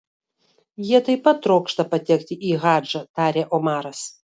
jie taip pat trokšta patekti į hadžą tarė omaras